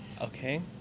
Okay